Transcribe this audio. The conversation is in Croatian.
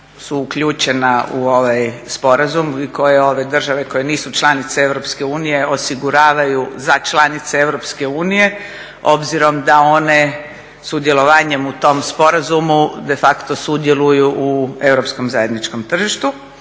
su uključena u ovaj sporazum i koje ove države koje nisu članice EU osiguravaju za članice EU obzirom da one sudjelovanjem u tom sporazumu de facto sudjeluju u europskom zajedničkom tržištu.